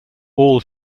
all